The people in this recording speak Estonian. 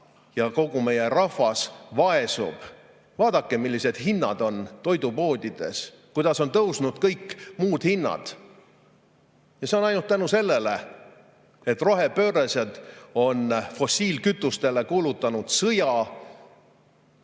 ja kogu meie rahvas vaesub. Vaadake, millised hinnad on toidupoodides! Vaadake, kuidas on tõusnud kõik muud hinnad! Ja see on ainult selle tõttu, et rohepöörased on fossiilkütustele kuulutanud sõja,